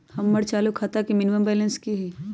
हमर चालू खाता के मिनिमम बैलेंस कि हई?